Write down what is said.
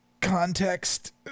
Context